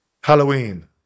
Halloween